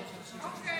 אוקיי.